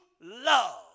love